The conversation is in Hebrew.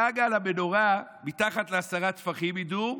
חג על המנורה, מתחת לעשרה טפחים, ידעו,